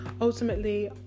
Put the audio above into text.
ultimately